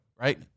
right